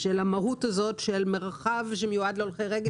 של המהות הזאת של מרחב שמיועד להולכי רגל.